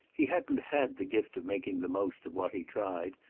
he hadn't had the gift of making the most of what he tried,